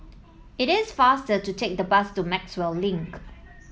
it is faster to take the bus to Maxwell Link